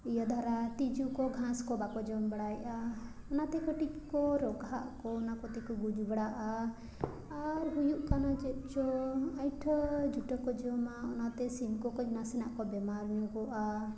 ᱤᱭᱟᱹ ᱫᱷᱟᱨᱟ ᱛᱤᱡᱩ ᱠᱚ ᱜᱷᱟᱸᱥ ᱠᱚ ᱵᱟᱠᱚ ᱡᱚᱢ ᱵᱟᱲᱟᱭᱮᱫᱟ ᱚᱱᱟᱛᱮ ᱠᱟᱹᱴᱤᱡ ᱠᱚ ᱨᱚᱜᱟ ᱟᱠᱚ ᱚᱱᱟ ᱠᱚᱛᱮ ᱠᱚ ᱜᱩᱡᱩᱜ ᱵᱟᱲᱟᱜᱼᱟ ᱟᱨ ᱦᱩᱭᱩᱜ ᱠᱟᱱᱟ ᱪᱮᱫ ᱪᱚ ᱟᱭᱴᱷᱟᱹ ᱡᱩᱴᱷᱟᱹ ᱠᱚ ᱡᱚᱢᱟ ᱚᱱᱟᱛᱮ ᱥᱤᱢ ᱠᱚ ᱠᱷᱚᱡ ᱱᱟᱥᱮᱱᱟᱜ ᱠᱚ ᱵᱮᱢᱟᱨ ᱧᱚᱜᱚᱜᱼᱟ